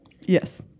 Yes